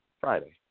Friday